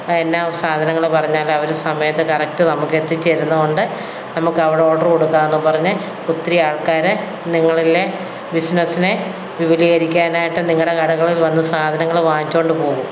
എന്നാ സാധനങ്ങൾ പറഞ്ഞാലവർ സമയത്ത് കറക്റ്റ് നമുക്കെത്തിച്ചു തരുന്നുണ്ട് നമുക്കവിടോഡർ കൊടുക്കാമെന്നും പറഞ്ഞ് ഒത്തിരി ആൾക്കാർ നിങ്ങളിലെ ബിസിനസ്സിനെ വിപുലീകരിക്കാനായിട്ട് നിങ്ങളുടെ കടകളിൽ വന്നു സാധനങ്ങൾ വാങ്ങിച്ചു കൊണ്ടു പോകും